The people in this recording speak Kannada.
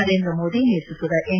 ನರೇಂದ್ರಮೋದಿ ನೇತೃತ್ವದ ಎನ್